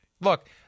look